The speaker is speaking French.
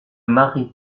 maries